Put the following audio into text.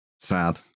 Sad